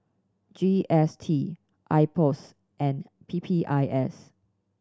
G S T IPOS and P P I S